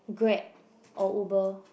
Grab or Uber